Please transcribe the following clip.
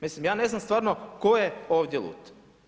Mislim ja ne znam stvarno tko je ovdje lud?